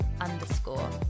underscore